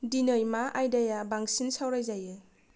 दिनै मा आयदाया बांसिन सावरायजायो